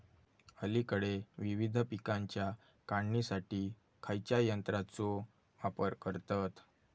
अलीकडे विविध पीकांच्या काढणीसाठी खयाच्या यंत्राचो वापर करतत?